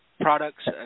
products